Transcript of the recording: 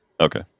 okay